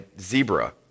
zebra